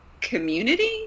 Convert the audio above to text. community